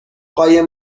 قایم